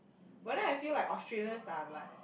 but then I feel like Australians are like